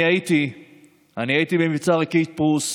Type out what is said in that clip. אני הייתי במבצר קיפרוס,